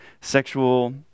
sexual